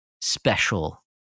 special